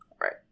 Right